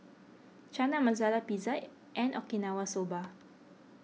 Chana Masala Pizza and Okinawa Soba